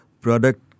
product